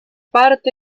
parte